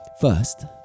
First